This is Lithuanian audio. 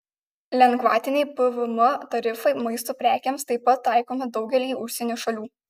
lengvatiniai pvm tarifai maisto prekėms taip pat taikomi daugelyje užsienio šalių